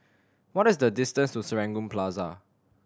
what is the distance to Serangoon Plaza